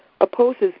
opposes